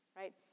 right